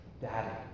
daddy